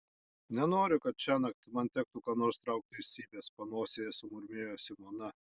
nenoriu kad šiąnakt man tektų ką nors traukti iš cypės panosėje sumurmėjo simona